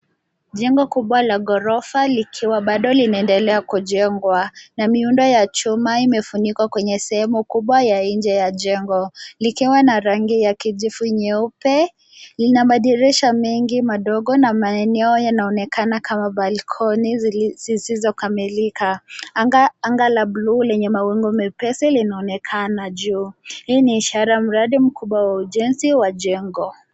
Jengo kubwa la ghorofa likiwa bado linaendelea kujengwa na miundo ya chuma imefunikwa kwenye sehemu kubwa ya nje ya jengo likiwa na rangi ya kijivu nyeupe. Lina madirisha mingi madogo na maeneo yanaonekana kama balkoni zisizokamilika. Anga la buluu lenye mawingu mepesi linaonekana juu. Hii ni ishara ya mradi mkubwa wa ujenzi wa jengo.